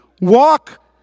walk